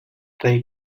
they